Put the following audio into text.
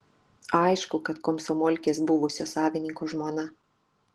aišku kad komsomolkės buvusio savininko žmona